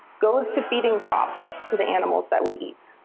goes to feeding crops to the animals that we eat.